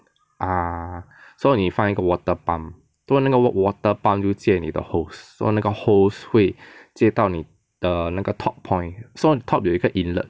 ah so 你放一个 water pump so 那个 water pump 就接你的 hose so 那个 host 会接到你的那个 top point so on top 有一个 inlet